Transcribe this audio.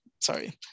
sorry